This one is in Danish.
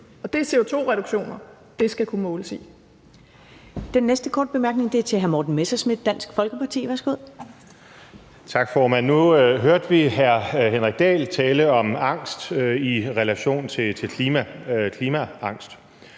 og det er CO2-reduktioner, det skal kunne måles i.